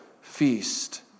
feast